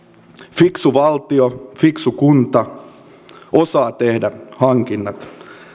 fiksu valtio fiksu kunta osaa tehdä hankinnat